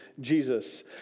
Jesus